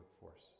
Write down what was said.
workforce